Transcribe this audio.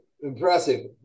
impressive